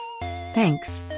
Thanks